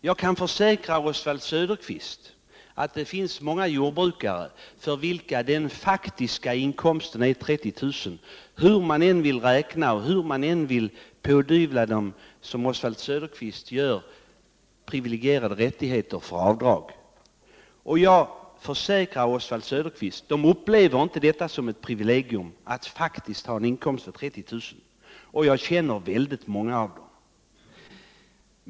Jag kan försäkra Oswald Söderqvist att det finns många jordbrukare för vilka den faktiska inkomsten är 30 000 hur man än i likhet med Oswald Söderqvist vill räkna och hur man än vill pådyvla dem privilegierade rättigheter när det gäller avdrag. Jag försäkrar Oswald Söderqvist att de inte upplever det som ett privilegium att faktiskt ha en inkomst på 30 000. Jag känner många som har det.